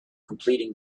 completing